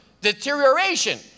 deterioration